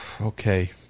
okay